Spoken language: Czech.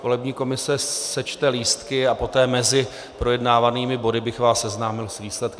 Volební komise sečte lístky a poté mezi projednávanými body bych vás seznámil s výsledky.